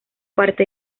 parte